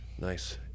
Nice